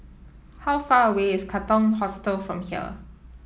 how far away is Katong Hostel from here